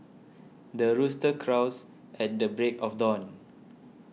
the rooster crows at the break of dawn